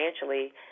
financially